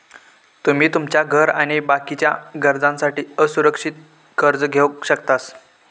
तुमी तुमच्या घर आणि बाकीच्या गरजांसाठी असुरक्षित कर्ज घेवक शकतास